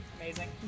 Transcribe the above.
Amazing